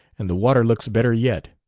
and the water looks better yet.